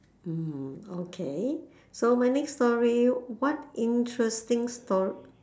mm okay so my next story what interesting story